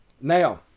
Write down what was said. Now